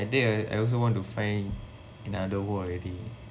like that I also want to find another world already